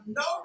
no